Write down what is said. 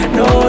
no